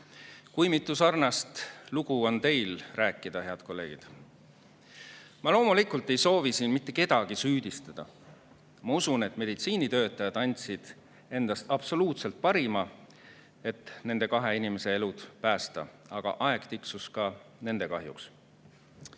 Kui mitu sarnast lugu on rääkida teil, head kolleegid? Ma loomulikult ei soovi siin mitte kedagi süüdistada. Ma usun, et meditsiinitöötajad andsid endast absoluutselt parima, et nende kahe inimese elud päästa, aga aeg tiksus ka nende kahjuks.